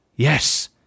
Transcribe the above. Yes